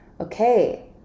Okay